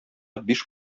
биш